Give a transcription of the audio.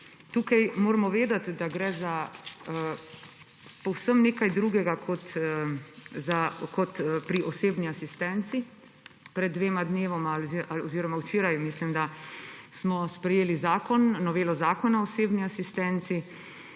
Tukaj moramo vedeti, da gre za povsem nekaj drugega kot pri osebni asistenci. Pred dvema dnevoma oziroma včeraj smo sprejeli novelo Zakona o osebni asistenci.